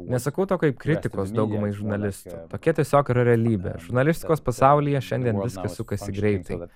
nesakau to kaip kritikos daugumai žurnalistų tokia tiesiog yra realybė žurnalistikos pasaulyje šiandien viskas sukasi greitai